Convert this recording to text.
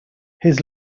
his